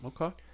Okay